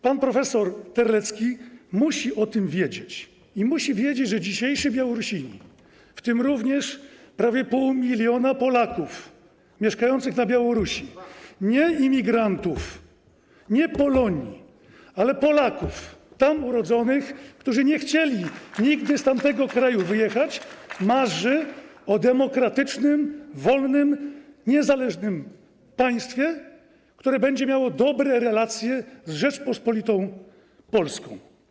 Pan prof. Terlecki musi o tym wiedzieć i musi wiedzieć, że dzisiejsi Białorusini - w tym również prawie 0,5 mln Polaków mieszkających na Białorusi, nie imigrantów, nie Polonii, ale Polaków tam urodzonych, którzy nie chcieli nigdy z tamtego kraju wyjechać - marzą o demokratycznym, wolnym, niezależnym państwie, które będzie miało dobre relacje z Rzecząpospolitą Polską.